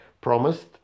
promised